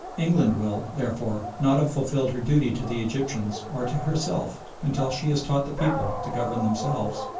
england will, therefore, not have fulfilled her duty to the egyptians or to herself until she has taught the people to govern themselves.